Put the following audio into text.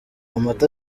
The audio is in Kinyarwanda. amata